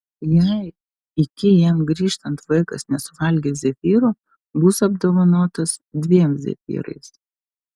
jei iki jam grįžtant vaikas nesuvalgys zefyro bus apdovanotas dviem zefyrais